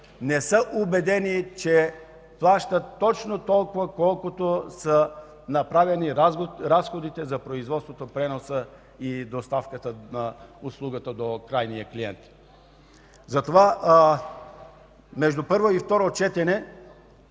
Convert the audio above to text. не са убедени, че плащат точно толкова, колкото са направени разходите за производството, преноса и доставката на услугата до крайния клиент. Затова между първо и второ четене